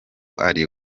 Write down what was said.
ari